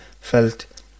felt